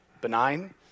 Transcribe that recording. benign